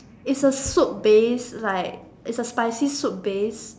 it's a soup base like it's a spicy soup base